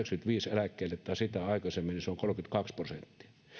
eläkkeelle vuonna yhdeksänkymmentäviisi tai sitä aikaisemmin on kolmekymmentäkaksi prosenttia